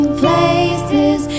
places